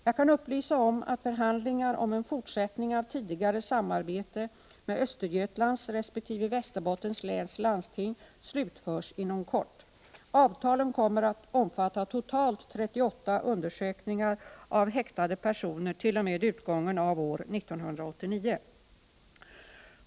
Jag kan upplysa om att förhandlingar om en fortsättning av tidigare samarbete med Östergötlands resp. Västerbottens läns landsting slutförs inom kort. Avtalen kommer att omfatta totalt 38 undersökningar av häktade personer t.o.m. utgången av år 1989.